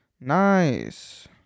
Nice